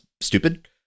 stupid